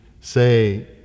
say